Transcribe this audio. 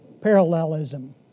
parallelism